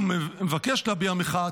מבקש להביע מחאה".